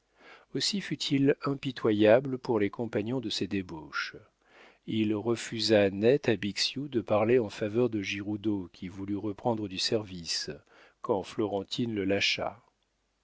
aussi fut-il impitoyable pour les compagnons de ses débauches il refusa net à bixiou de parler en faveur de giroudeau qui voulut reprendre du service quand florentine le